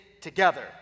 together